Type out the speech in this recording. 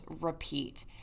repeat